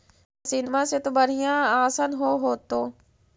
मसिनमा से तो बढ़िया आसन हो होतो?